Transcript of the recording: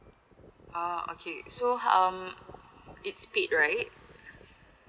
oh okay so hmm it split right